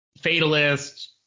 fatalist